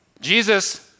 Jesus